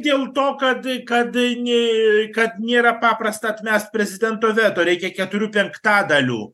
dėl to kad kad nė kad nėra paprasta atmest prezidento veto reikia keturių penktadalių